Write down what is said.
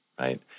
right